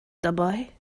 dabei